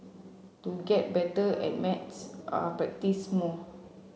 to get better at maths are practise more